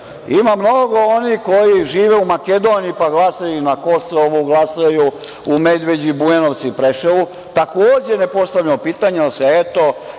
mnogo onih koji žive u Makedoniji pa glasaju i na Kosovu, glasaju u Medveđi, Bujanovcu i Preševu, takođe ne postavljamo pitanje, ali se eto